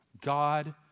God